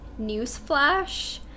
newsflash